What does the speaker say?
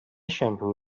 shampoo